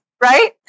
right